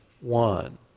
one